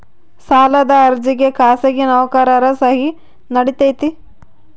ಸಾಲದ ಅರ್ಜಿಗೆ ಖಾಸಗಿ ನೌಕರರ ಸಹಿ ನಡಿತೈತಿ?